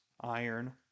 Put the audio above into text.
iron